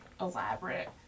elaborate